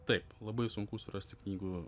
taip labai sunku surasti knygų